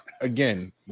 again